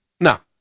Now